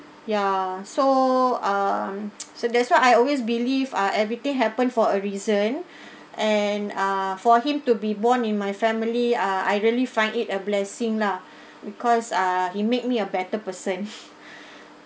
ya so um so that's why I always believe uh everything happen for a reason and uh for him to be born in my family ah I really find it a blessing lah because ah he made me a better person